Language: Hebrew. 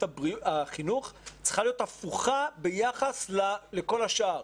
החינוך צריכה להיות הפוכה ביחס לכל השאר.